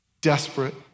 desperate